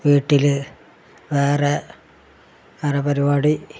വീട്ടിൽ വേറെ വേറെ പരിപാടി